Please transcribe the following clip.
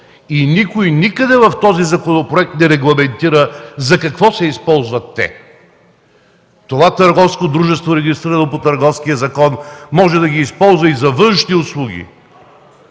и никой никъде в този законопроект не регламентира за какво се използват те! Това търговско дружество, регистрирано по Търговския закон, може да ги използва за външни услуги,